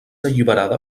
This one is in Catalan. alliberada